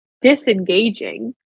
disengaging